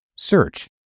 Search